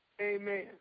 amen